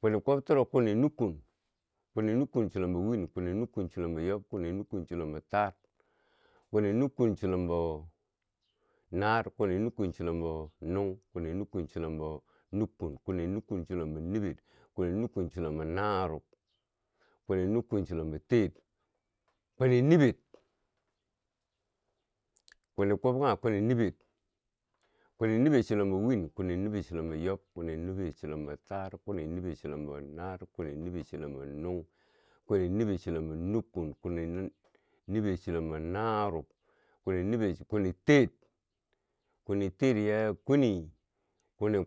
kwini kwob toro kwini nukkkon, kwini nukkun chilombo min, kwini nukkun chilombo yob, kwini nukkun chilombo taar, kwini nukkun chilombo naar, kwini nukkun chilombo nuung, kwini nukkun chilombo nukkun, kwini nukkun chilombo niber, kwini nukkun chilombo narob, kwini nukkun chilombo teer, kwini niber, kwini kwob kanghe kwini nibar, kwini niber chilombo win, kwini niber chilombo yob, kwini niber chilombo taar, kwini niber chilombo naar, kwini niber chilombo nuung, kwini niber chilombo nukkun, kwini niber chilombo narub, kwini niber kwini teer, kwini teer ya kweni kwini.